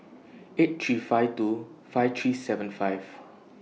eight three five two five three seven five